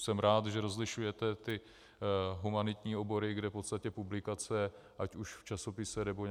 Jsem rád, že rozlišujete ty humanitní obory, kde v podstatě publikace, ať už v časopise, nebo